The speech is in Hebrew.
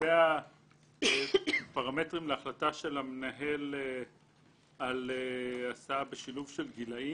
לגבי הפרמטרים להחלטה של המנהל על הסעה בשילוב של גילאים,